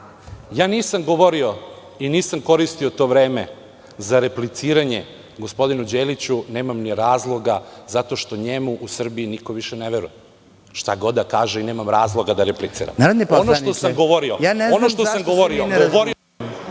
nisam govorio i nisam koristio to vreme za repliciranje gospodinu Đeliću, nemam ni razloga zato što njemu u Srbiji niko više ne veruje. Šta god da kaže i nemam razloga da repliciram. Ono što sam govorio, govorio sam o vašem odnosu…